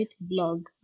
blog